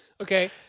Okay